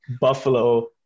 Buffalo